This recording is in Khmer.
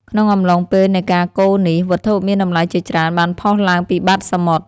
ក្នុងអំឡុងពេលនៃការកូរនេះ វត្ថុមានតម្លៃជាច្រើនបានផុសឡើងពីបាតសមុទ្រ។